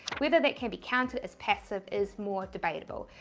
whether that can be counted as passive is more debatable.